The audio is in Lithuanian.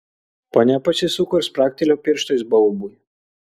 ponia pasisuko ir spragtelėjo pirštais baubui